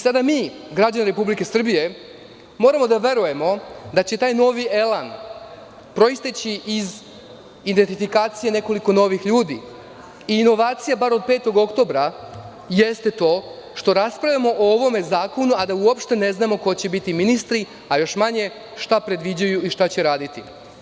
Sada mi, građani Republike Srbije, moramo da verujemo da će taj novi elan proisteći iz identifikacije nekoliko novih ljudi i inovacija, bar od 5. oktobra, je to što raspravljamo o ovom zakonu, a da uopšte ne znamo ko će biti ministri, a još manje šta predviđaju i šta će raditi.